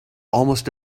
almost